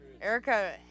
Erica